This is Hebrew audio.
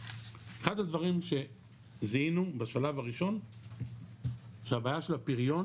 אחד הדברים שזיהינו בשלב הראשון שהבעיה של הפריון